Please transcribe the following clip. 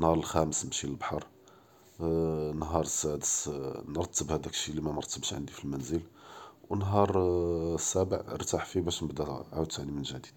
נהאר אלח’אמס נמשי ללבחר, נהאר אלסאדיס נרתב האדאק שאי’ לממרתבוש ענדי פ למןזל, ו נהאר אלסابع נרטח פיה באש נעאוד תאני מן ג’דיד.